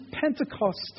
Pentecost